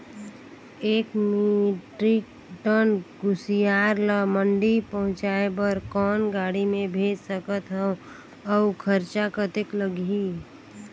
एक metric ton कुसियार ल मंडी पहुंचाय बर कौन गाड़ी मे भेज सकत हव अउ खरचा कतेक लगही?